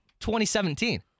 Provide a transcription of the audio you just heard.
2017